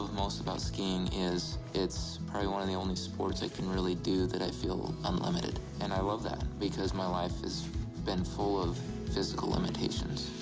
most about skiing is, it's probably one of the only sports i can really do that i feel unlimited. and i love that because my life has been full of physical limitations.